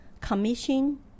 commission